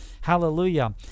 hallelujah